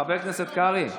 חבר הכנסת קרעי,